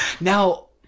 Now